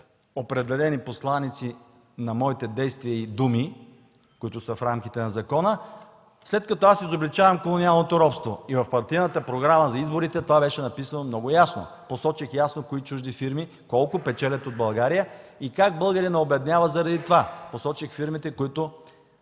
определени посланици на моите действия и думи, които са в рамките на закона, след като изобличавам колониалното робство? В партийната програма за изборите това беше написано много ясно. Посочих точно кои чужди фирми колко печелят от България и как българинът обеднява заради това. Посочих фирмите, които